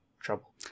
trouble